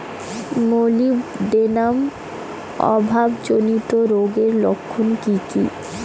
Molybdenum অভাবজনিত রোগের লক্ষণ কি কি?